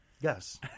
yes